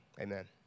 Amen